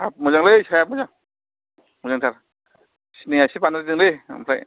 हाब मोजांलै साहाया मोजां मोजांथार सिनिया इसे बांद्रायदों दे ओमफ्राय